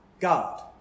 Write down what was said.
God